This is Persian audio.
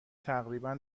تقریبا